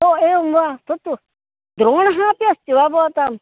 ओ एवं वा तत् द्रोणः अपि अस्ति वा भवतां